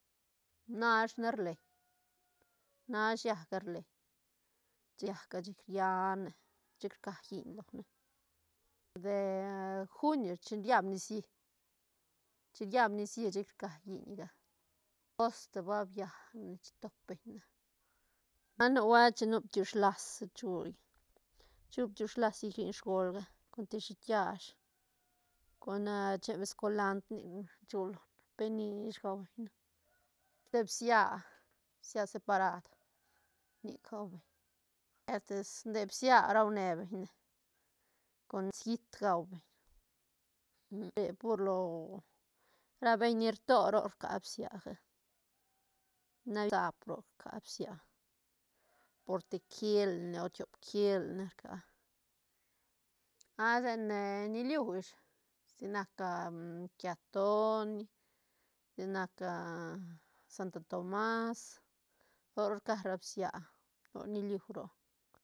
Nash ne rleñ nash llaäc ga rleiñ chic rllane chic rca lliñ lone, junio chin riab nicií, chin riab nicií chic rca lliñga agosto ba biane chi top beñ na mas nubuelt chin nu bkiush las chul chu bkiush las llic lliñ sgolga con te shiit kiash con bes colandr nic chu loga penish gau beñ ne che bsia bsia separad nic gua beñ nde bsia rua ne beñ ne con bets giit gau beñ, nde pur lo beñ ni rto roc rca bsiaga roc rca bsia por te kilne o tiop kilne rcaa a nes niliu ish sa nac quiatoni sa nac santo tomas roc rca ra bsia roc niliu roc.